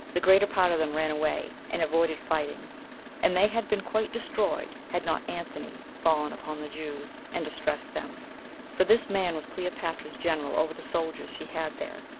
the greater part of them ran away, and avoided fighting and they had been quite destroyed, had not anthony fallen upon the jews, and distressed them for this man was cleopatra's general over the soldiers she had there,